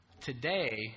Today